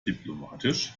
diplomatisch